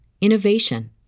innovation